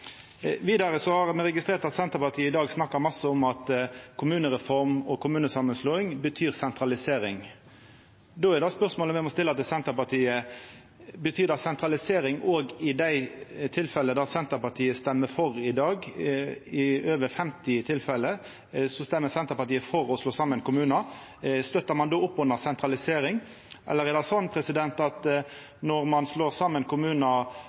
Vidare har me registrert at Senterpartiet i dag snakkar masse om at kommunereform og kommunesamanslåing betyr sentralisering. Då er spørsmålet me må stilla til Senterpartiet: Betyr det sentralisering òg i dei tilfella der Senterpartiet stemmer for i dag? I over 50 tilfelle stemmer Senterpartiet for å slå saman kommunar. Støttar ein då opp under sentralisering? Eller er det sånn at når ein slår saman kommunar